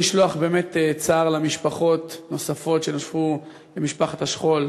לשלוח באמת השתתפות בצער למשפחות שנוספו למשפחת השכול,